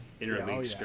interleague